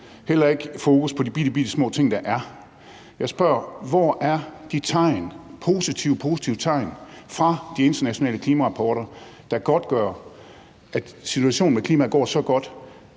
heller ikke et fokus på de bittebittesmå ting, der er. Jeg spørger: Hvor er de tegn, altså de positive, positive tegn, fra de internationale klimarapporter, der godtgør, er situationen med klimaet går så godt,